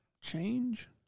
Change